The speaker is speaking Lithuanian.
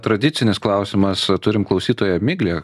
tradicinis klausimas turim klausytoją miglė